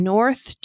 North